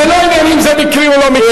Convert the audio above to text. זה לא ענייני אם זה מקרי או לא מקרי.